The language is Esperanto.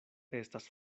estas